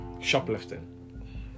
Shoplifting